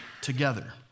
together